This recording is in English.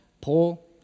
Paul